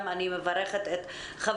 אני מברכת גם את חבר